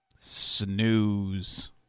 snooze